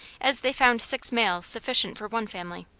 as they found six males sufficient for one family.